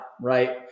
right